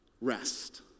rest